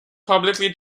publicly